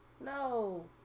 No